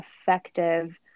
effective